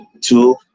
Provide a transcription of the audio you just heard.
two